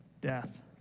Death